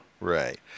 Right